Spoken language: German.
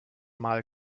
mal